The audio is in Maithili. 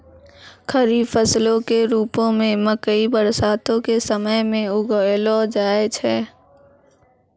खरीफ फसलो के रुपो मे मकइ बरसातो के समय मे उगैलो जाय छै